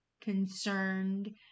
concerned